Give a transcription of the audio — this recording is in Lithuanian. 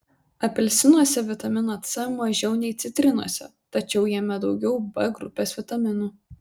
apelsinuose vitamino c mažiau nei citrinose tačiau jame daugiau b grupės vitaminų